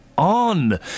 on